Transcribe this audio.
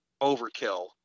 overkill